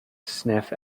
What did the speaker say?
sniff